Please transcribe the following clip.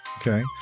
Okay